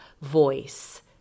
voice